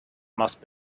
must